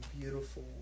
beautiful